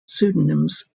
pseudonyms